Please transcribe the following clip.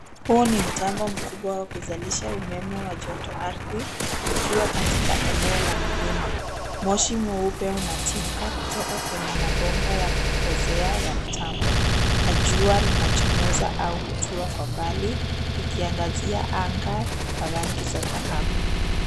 Huu ni mtambo mkubwa wa kunalisha umeme wa joto ardhi ukiwa katika eneo la milima Moshi mweupe unatimka kutoka kwenye mapomba ya kupanda ya ,tambo na jua linachomoza au kutua kwa umbali likiangazia anga kwa rangi ya dhahabu.